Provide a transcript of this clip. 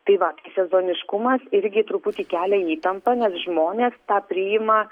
tai vat sezoniškumas irgi truputį kelia įtampą nes žmonės tą priima